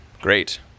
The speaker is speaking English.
Great